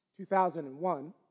2001